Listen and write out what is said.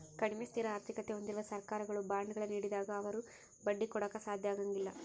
ಕಡಿಮೆ ಸ್ಥಿರ ಆರ್ಥಿಕತೆ ಹೊಂದಿರುವ ಸರ್ಕಾರಗಳು ಬಾಂಡ್ಗಳ ನೀಡಿದಾಗ ಅವರು ಬಡ್ಡಿ ಕೊಡಾಕ ಸಾಧ್ಯ ಆಗಂಗಿಲ್ಲ